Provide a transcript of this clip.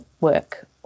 work